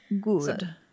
Good